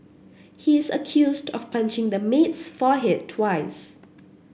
he is accused of punching the maid's forehead twice